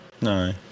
No